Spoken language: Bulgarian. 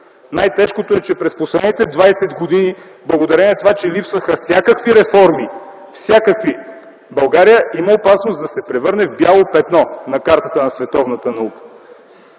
Най-тежкото е, че през последните двадесет години благодарение на това, че липсваха всякакви реформи, всякакви, България има опасност да се превърне в бяло петно на картата на световната наука.